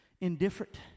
indifferent